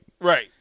Right